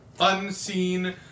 unseen